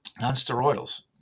non-steroidals